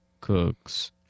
Cooks